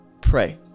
pray